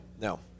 no